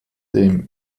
dem